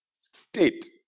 state